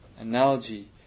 analogy